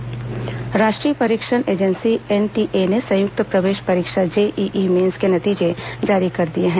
JEE परिणाम राष्ट्रीय परीक्षण एजेंसी एनटीए ने संयुक्त प्रवेश परीक्षा जेईई मेन्स के नतीजे जारी कर दिए हैं